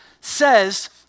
says